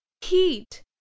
heat